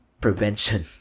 prevention